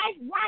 right